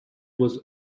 was